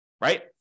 Right